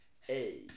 hey